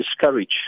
discourage